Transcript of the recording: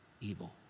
evil